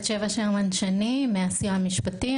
בת שבע שרמן שני מהסיוע המשפטי.